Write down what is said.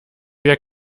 wir